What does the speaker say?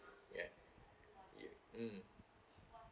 ya ya mm